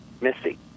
Missy